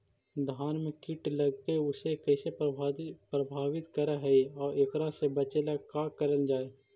धान में कीट लगके उसे कैसे प्रभावित कर हई और एकरा से बचेला का करल जाए?